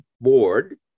board